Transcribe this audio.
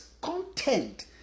content